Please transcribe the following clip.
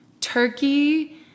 Turkey